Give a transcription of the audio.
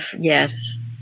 yes